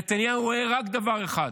נתניהו רואה רק דבר אחד.